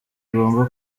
bigomba